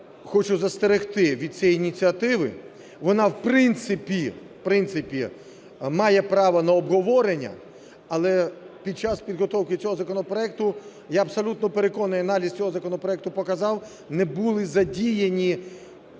хочу застерегти від цієї ініціативи. Вона, в принципі, в принципі, має право на обговорення, але під час підготовки цього законопроекту, я абсолютно переконаний, аналіз цього законопроекту показав – не були задіяні